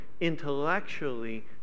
intellectually